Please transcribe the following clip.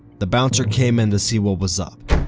the bouncer came in to see what was up.